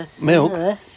Milk